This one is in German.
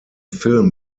film